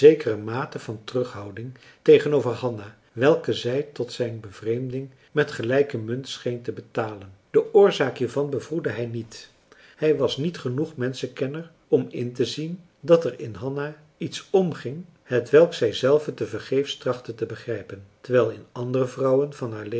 zekere mate van terughouding tegenover hanna welke zij tot zijn bevreemding met gelijke munt scheen te betalen de oorzaak hiervan bevroedde hij niet hij was niet genoeg menschenkenner om intezien dat er in hanna iets omging hetwelk zij zelve te vergeefs trachtte te begrijpen terwijl in andere vrouwen van haar